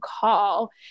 call